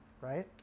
right